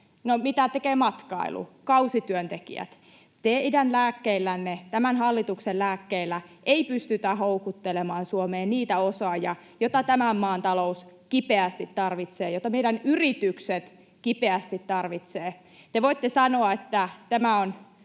mitä tekevät kausityöntekijät? Teidän lääkkeillänne, tämän hallituksen lääkkeillä, ei pystytä houkuttelemaan Suomeen niitä osaajia, joita tämän maan talous kipeästi tarvitsee ja joita meidän yritykset kipeästi tarvitsevat. Te voitte sanoa, että tämä on